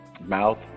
mouth